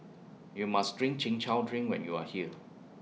YOU must Try Chin Chow Drink when YOU Are here